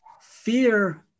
Fear